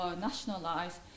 nationalized